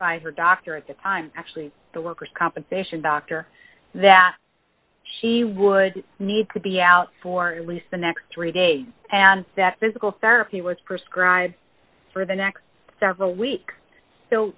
her doctor at the time actually the worker's compensation doctor that she would need to be out for at least the next three day and that physical therapy was prescribed for the next several week so